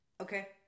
Okay